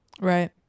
Right